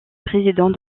président